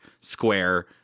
square